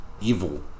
evil